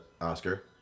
oscar